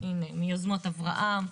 מיוזמות אברהם.